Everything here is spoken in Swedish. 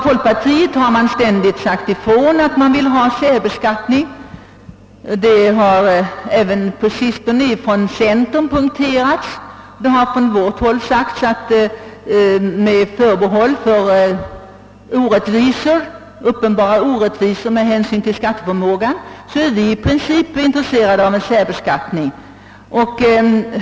Folkpartiet har ständigt sagt sig vilja ha särbeskattning, och detta har på sistone även poängterats från centern. Vi har sagt att med förbehåll för uppenbara orättvisor med hänsyn till skatteförmåga är vi i princip intresserade av särbeskattning.